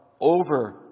over